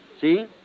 see